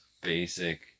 basic